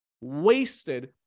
wasted